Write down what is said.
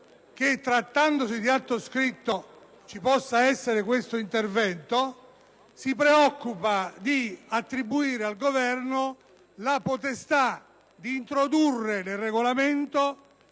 che - trattandosi di atto scritto - ci possa essere questo intervento, attribuisce al Governo la potestà di introdurre nel regolamento